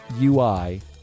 UI